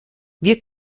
wir